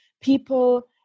people